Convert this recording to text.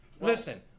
Listen